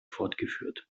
fortgeführt